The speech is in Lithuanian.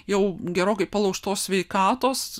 jau gerokai palaužtos sveikatos